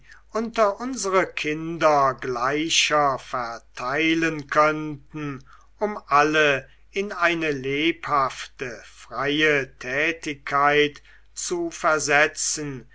unter unsere kinder gleicher verteilen könnten um alle in eine lebhafte freie tätigkeit zu versetzen